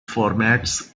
formats